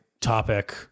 topic